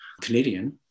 Canadian